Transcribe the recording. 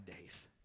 days